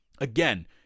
again